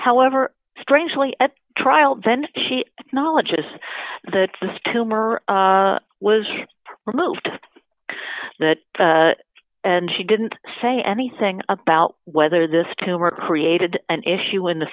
however strangely at trial then she knowledge is that this tumor was removed that and she didn't say anything about whether this tumor created an issue in the